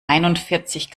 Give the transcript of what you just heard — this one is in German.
einundvierzig